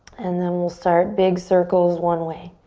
and then we'll start big circles one way.